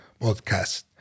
podcast